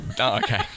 okay